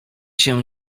się